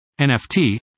NFT